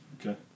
Okay